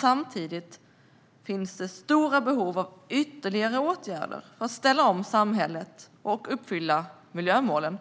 Samtidigt finns stora behov av ytterligare åtgärder för att ställa om samhället och uppfylla miljömålen.